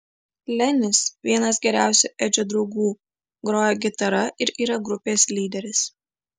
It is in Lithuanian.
lenis vienas geriausių edžio draugų groja gitara ir yra grupės lyderis